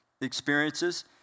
experiences